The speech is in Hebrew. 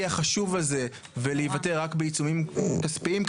החשוב הזה ולהיוותר רק בעיצומים כספיים,